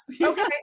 Okay